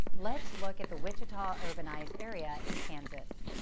let's look at the wichita urbanized area in kansas.